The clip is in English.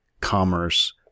commerce